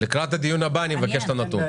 לקראת הדיון הבא אני מבקש את הנתון.